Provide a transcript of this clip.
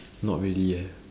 not really eh